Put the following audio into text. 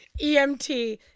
EMT